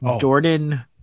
Jordan